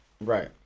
Right